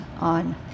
on